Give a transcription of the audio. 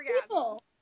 people